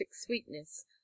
sweetness